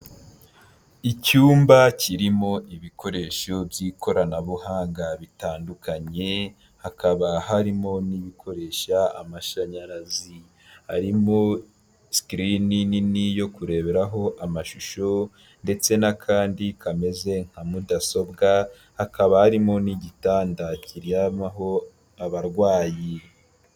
Icyumba kirimo ibikoresho by'ikoranabuhanga bitandukanye, hakaba harimo n'ibikoresha amashanyarazi, harimo sikereni nini yo kureberaho amashusho ndetse n'akandi kameze nka mudasobwa, hakaba harimo n'igitanda kiryamaho abarwayi.